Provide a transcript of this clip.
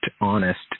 honest